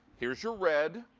here's your red.